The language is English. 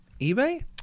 eBay